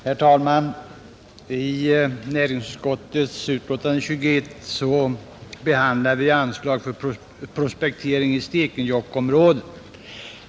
Herr talman! I näringsutskottets betänkande nr 21 behandlas bl.a. anslag för prospektering i Stekenjokkområdet.